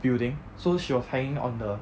building so she was hanging on the